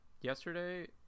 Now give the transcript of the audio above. yesterday